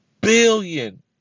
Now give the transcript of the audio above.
billion